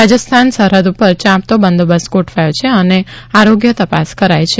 રાજસ્થાન સરહદ પર યાંપતો બંદોબસ્ત ગોઠવાયો છે અને આરોગ્ય તપાસ કરાય છે